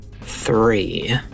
three